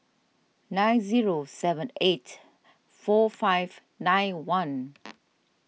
nine zero seven eight four five nine one